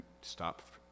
stop